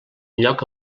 lloc